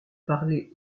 parler